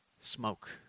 smoke